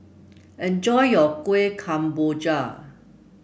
enjoy your Kueh Kemboja